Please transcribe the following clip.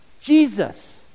Jesus